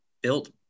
built